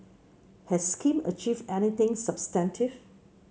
has Kim achieved anything substantive